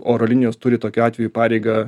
oro linijos turi tokiu atveju pareigą